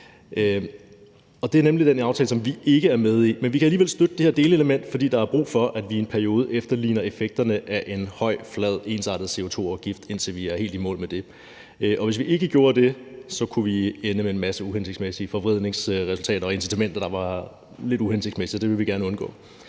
det er den aftale, vi ikke er med i, men vi kan alligevel støtte det her delelement, fordi der er brug for, at vi i en periode udligner effekterne af en høj, flad, ensartet CO2-afgift, indtil vi er helt i mål med det. Hvis vi ikke gjorde det, kunne vi ende med en masse uhensigtsmæssige forvridningsresultater og med incitamenter, der var lidt uhensigtsmæssige, og det vil vi gerne undgå.